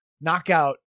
knockout